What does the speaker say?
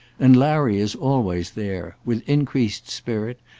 and larry is always there with increased spirit,